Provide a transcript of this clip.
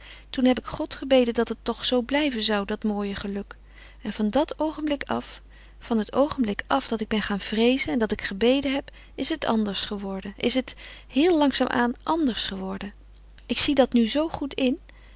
toen heb ik god gebeden dat het toch zoo blijven zou dat mooie geluk en van dat oogenblik af van het oogenblik af dàt ik ben gaan vreezen en dàt ik gebeden heb is het anders geworden is het heel langzaam aan anders geworden ik zie dat nu zoo goed in